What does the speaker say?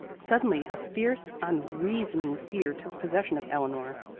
suddenly a fierce, unreasoning fear took possession of eleanor.